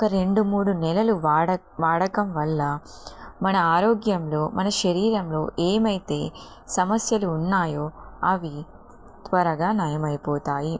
ఒక రెండు మూడు నెలలు వాడ వాడకం వల్ల మన ఆరోగ్యంలో మన శరీరంలో ఏమైతే సమస్యలు ఉన్నాయో అవి త్వరగా నయమైపోతాయి